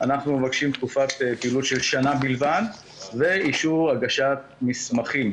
אנחנו מבקשים תקופת פעילות של שנה בלבד ואישור הגשת מסמכים.